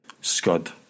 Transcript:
Scud